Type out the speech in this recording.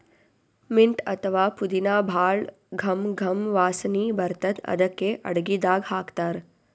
mint ಅಥವಾ ಪುದಿನಾ ಭಾಳ್ ಘಮ್ ಘಮ್ ವಾಸನಿ ಬರ್ತದ್ ಅದಕ್ಕೆ ಅಡಗಿದಾಗ್ ಹಾಕ್ತಾರ್